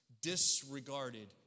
disregarded